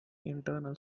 internal